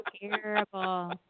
terrible